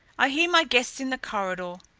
i hear my guests in the corridor.